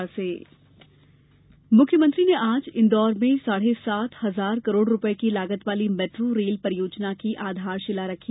मुख्यमंत्री मेट्रो मुख्यमंत्री ने आज इंदौर में साढ़े सात हजार करोड़ रूपए की लागत वाली मेट्रो रेल परियोजना की आधारशिला रखी